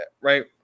right